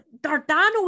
Dardano